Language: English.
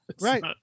right